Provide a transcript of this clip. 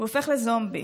הוא הופך לזומבי.